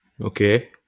Okay